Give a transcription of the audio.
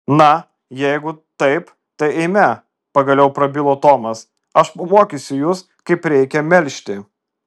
na jeigu taip tai eime pagaliau prabilo tomas aš pamokysiu jus kaip reikia melžti